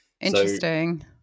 Interesting